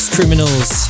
Criminals